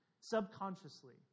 subconsciously